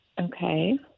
Okay